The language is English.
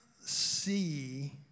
see